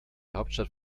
hauptstadt